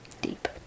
Deep